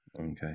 Okay